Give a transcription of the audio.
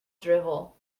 drivel